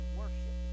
worship